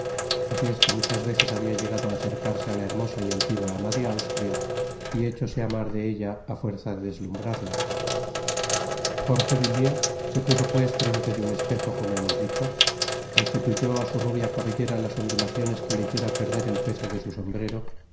así es que muchas veces habia llegado á acercarse á la hermosa y altiva ana de austria y héchose amar de ella á fuerza de deslumhrarla jorge villiers so puso pues trente de un espejo como hemos dicho restituyó á su rubia cabellera las ondulaciones que le hiciera perder el peso de su sombrero